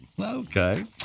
Okay